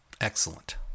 Excellent